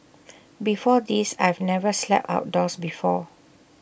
before this I've never slept outdoors before